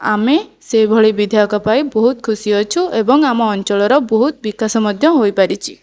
ଆମେ ସେଇଭଳି ବିଧାୟକ ପାଇ ବହୁତ ଖୁସି ଅଛୁ ଏବଂ ଆମ ଅଞ୍ଚଳର ବହୁତ ବିକାଶ ମଧ୍ୟ ହୋଇପାରିଛି